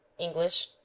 english,